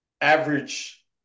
average